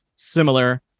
similar